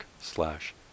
slash